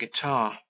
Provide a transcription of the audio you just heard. guitar